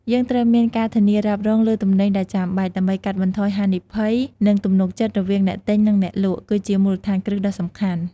យើងត្រូវមានការធានារ៉ាប់រង លើទំនិញដែលចាំបាច់ ដើម្បីកាត់បន្ថយហានិភ័យ និងទំនុកចិត្ត រវាងអ្នកទិញ និងអ្នកលក់ គឺជាមូលដ្ឋានគ្រឹះដ៏សំខាន់។